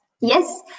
Yes